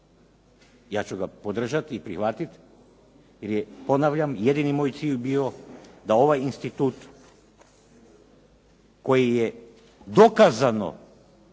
Ja ću ga podržati i prihvatiti jer je ponavljam jedini moj cilj bio da ovaj institut koji je dokazano